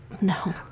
No